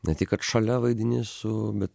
ne tik kad šalia vaidini su bet